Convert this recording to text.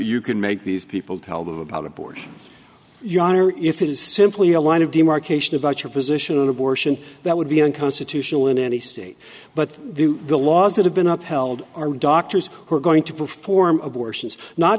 you can make these people tell them about abortions your honor if it is simply a line of demarcation about your position on abortion that would be unconstitutional in any state but the laws that have been upheld are doctors who are going to perform abortions not